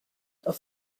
are